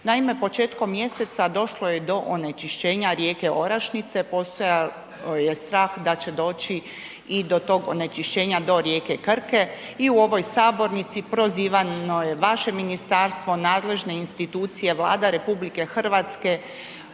Naime, početkom mjeseca došlo je do onečišćenja rijeke Orašnice, postojao je strah da će doći i do tog onečišćenja do rijeke Krke i u ovoj sabornici prozivano je vaše ministarstvo, nadležne institucije, Vlada RH, pa čak